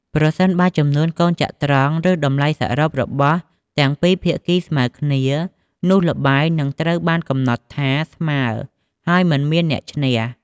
ប្រសិនបើចំនួនកូនចត្រង្គឬតម្លៃសរុបរបស់ទាំងពីរភាគីស្មើគ្នា នោះល្បែងនឹងត្រូវបានកំណត់ថាស្មើ ហើយមិនមានអ្នកឈ្នះ។